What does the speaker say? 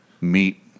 meet